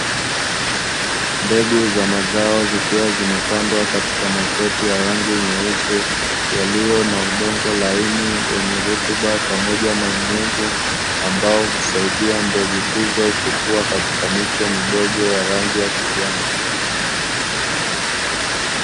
Mbegu za mazao zikiwa zimepandwa katika makreti ya rangi nyeusi yaliyo na udongo laini wenye rutuba pamoja na unyevu, ambao husaidia mbegu hizo kukua katika miche midogo ya rangi ya kijani.